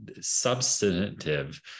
substantive